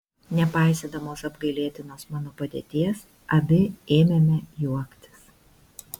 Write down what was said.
nepaisydamos apgailėtinos mano padėties abi ėmėme juoktis